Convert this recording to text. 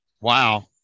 Wow